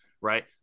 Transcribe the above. right